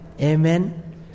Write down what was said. Amen